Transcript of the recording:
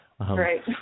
Right